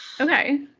Okay